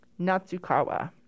Natsukawa